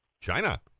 China